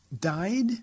died